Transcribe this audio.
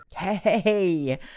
Hey